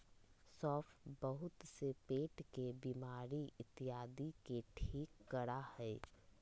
सौंफ बहुत से पेट के बीमारी इत्यादि के ठीक करा हई